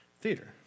theater